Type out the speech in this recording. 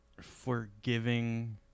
forgiving